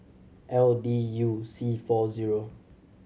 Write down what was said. L D U C four zero